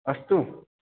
अस्तु